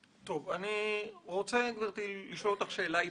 אני רוצה, גברתי , לשאול אותך שאלה היפותטית,